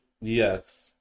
Yes